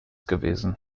gewesen